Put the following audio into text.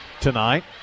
tonight